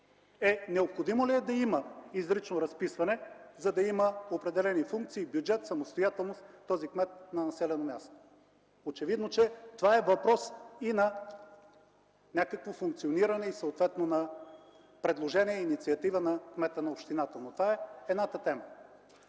Необходимо ли е да има изрично разписване, за да има определени функции, бюджет, самостоятелност този кмет на населено място? Очевидно, това е въпрос на някакво функциониране и, съответно, на предложение и инициатива на кмета на общината. Но това е едната тема.